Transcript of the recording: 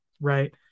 right